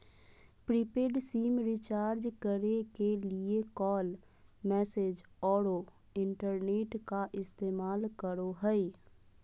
prepaid SIM recharge करे के लिए कॉल, मैसेज औरो इंटरनेट का इस्तेमाल करो हइ